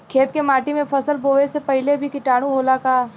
खेत के माटी मे फसल बोवे से पहिले भी किटाणु होला का?